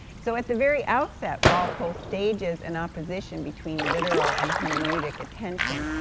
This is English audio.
so at the very outset, walpole stages an opposition between literal and hermeneutic attention,